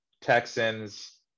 Texans